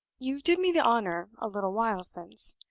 you did me the honor, a little while since,